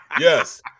yes